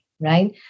right